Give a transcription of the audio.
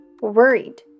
worried